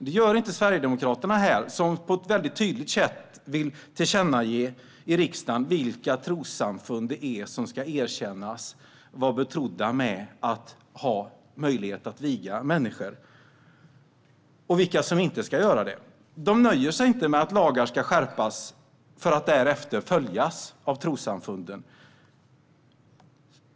Det gör inte Sverigedemokraterna, som på ett väldigt tydligt sätt vill tillkännage i riksdagen vilka trossamfund som ska erkännas och vara betrodda med att ha möjlighet att viga människor, och vilka som inte ska erkännas. De nöjer sig inte med att lagar ska skärpas för att därefter följas av trossamfunden.